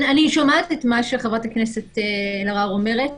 אני שומעת את מה שחברת הכנסת אלהרר אומרת.